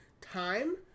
time